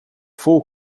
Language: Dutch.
vol